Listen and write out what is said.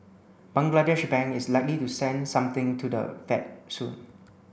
Bangladesh Bank is likely to send something to the Fed soon